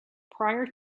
prior